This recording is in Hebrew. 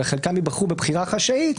אלא חלקם ייבחרו בבחירה חשאית,